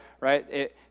Right